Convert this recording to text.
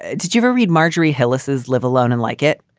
did you ever read marjorie hillis is live alone and like it?